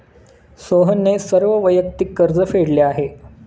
सोहनने सर्व वैयक्तिक कर्ज फेडले आहे